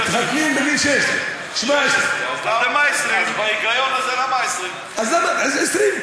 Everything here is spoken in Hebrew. מתחתנים בגיל 16, 17. אז למה, אז למה 20?